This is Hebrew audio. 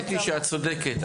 האמת היא שאת צודקת.